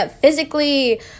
physically